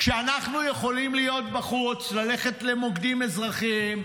כשאנחנו יכולים להיות בחוץ, ללכת למוקדים אזרחיים,